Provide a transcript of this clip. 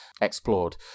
explored